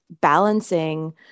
balancing